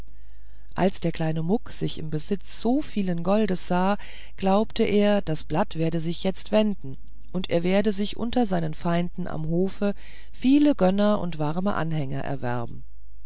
als der kleine muck sich im besitz so vielen goldes sah glaubte er das blatt werde sich jetzt wenden und er werde sich unter seinen feinden am hofe viele gönner und warme anhänger erwerben